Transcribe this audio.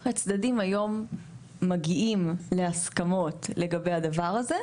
הצדדים היום מגיעים להסכמות לגבי הדבר הזה,